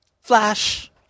Flash